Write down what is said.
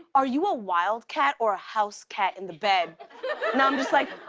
are you a wildcat or a house cat in the bed? and i'm just like,